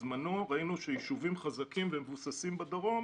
בזמנו ראינו שיישובים חזקים ומבוססים בדרום